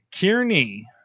Kearney